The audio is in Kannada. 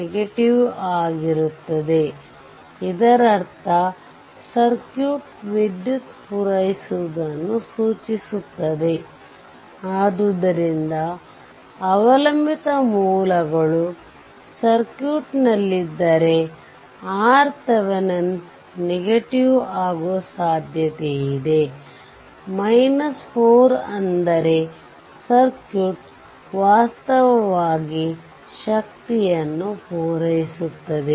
ನೆಗೆಟಿವ್ ಆಗಿರುತ್ತದೆ ಇದರರ್ಥ ಸರ್ಕ್ಯೂಟ್ ವಿದ್ಯುತ್ ಪೂರೈಸುವುದನ್ನು ಸೂಚಿಸುತ್ತದೆ ಆದ್ದರಿಂದ ಅವಲಂಬಿತ ಮೂಲಗಳು ಸರ್ಕ್ಯೂಟ್ ನಲ್ಲಿದ್ದರೆ RThevenin ನೆಗೆಟಿವ್ ಆಗುವ ಸಾಧ್ಯತೆಯಿದೆ 4 ಅಂದರೆ ಸರ್ಕ್ಯೂಟ್ ವಾಸ್ತವವಾಗಿ ಶಕ್ತಿಯನ್ನು ಪೂರೈಸುತ್ತದೆ